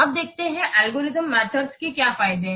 अब देखते हैं कि एल्गोरिथम मेथड के क्या फायदे हैं